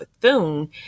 Bethune